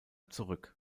zurück